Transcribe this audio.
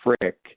Frick